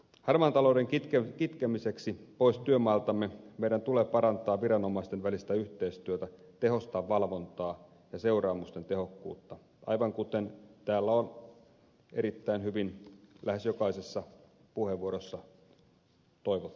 harmaan talouden kitkemiseksi pois työmaaltamme meidän tulee parantaa viranomaisten välistä yhteistyötä tehostaa valvontaa ja seuraamusten tehokkuutta aivan kuten tällä on erittäin hyvin lähes jokaisessa puheenvuorossa toivottu